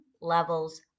levels